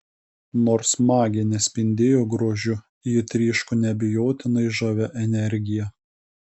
nors magė nespindėjo grožiu ji tryško neabejotinai žavia energija